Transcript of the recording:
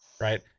right